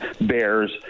bears